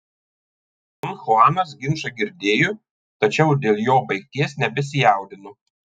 don chuanas ginčą girdėjo tačiau dėl jo baigties nebesijaudino